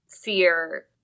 fear